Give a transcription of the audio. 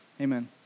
Amen